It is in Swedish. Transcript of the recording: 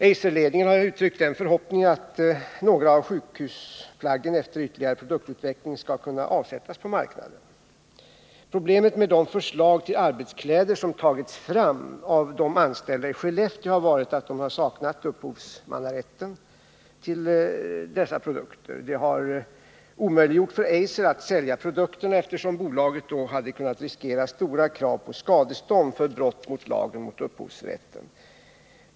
Eiserledningen har uttryckt den förhoppningen att några av sjukhusplaggen efter ytterligare produktutveckling skall kunna avsättas på marknaden. Problemet med de förslag till arbetskläder som tagits fram av de anställda i Skellefteå har varit att man saknat upphovsrätten till dessa produkter. Det har gjort det omöjligt för Eiser att sälja produkterna, eftersom bolaget då hade kunnat riskera stora krav på skadestånd för brott mot lagen om upphovsrätt.